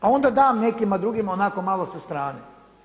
A onda dam nekima drugima onako malo sa strane.